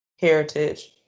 heritage